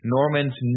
Norman's